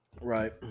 Right